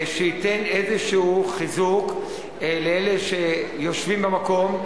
שייתן איזה חיזוק לאלה שיושבים במקום.